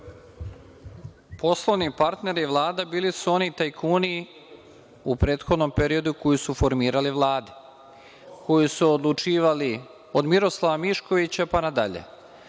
Poslovni partneri Vlada bili su oni tajkuni u prethodnom periodu koji su formirali vlade, koji su odlučivali, od Miroslava Miškovića, pa na dalje,